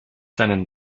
seinen